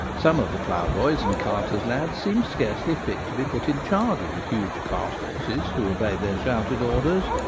some of the ploughboys and carters' lads seem scarcely fit to be put in charge of the huge cart-horses who obey their shouted orders,